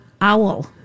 owl